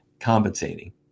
compensating